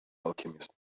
alchemist